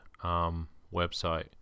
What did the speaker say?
website